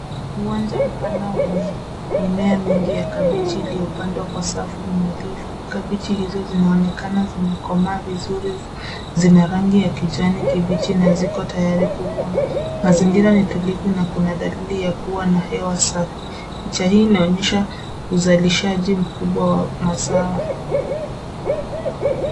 Uwanja mpana wenye mimea mingi ya kabeji iliyopandwa kwa safu nadhifu. Kabeji hizo zinaonekana zimekomaa vizuri. Zina rangi ya kijani kibichi na ziko tayari kuvunwa. Mazingira ni tulivu na kuna dalili ya kuwa na hewa safi. Picha hii inaonyesha uzalishaji mkubwa wa mazao.